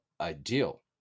ideal